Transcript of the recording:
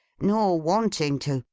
nor wanting to,